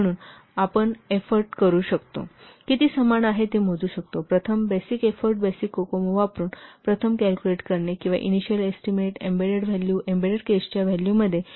म्हणून आता आम्ही एफोर्ट करू शकतो किती समान आहे हे मोजू शकतो प्रथम बेसिक एफोर्ट बेसिक कॉकमो वापरुन प्रथम कॅल्कुलेट करणे किंवा इनिशिअल एस्टीमेट करणे एम्बेडेड व्हॅल्यू एम्बेडेड केसच्या व्हॅल्यू मध्ये 1